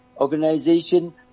organization